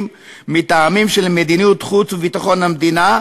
מטעמים של מדיניות חוץ וביטחון המדינה,